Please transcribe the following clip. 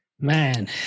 Man